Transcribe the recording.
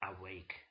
awake